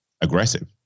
aggressive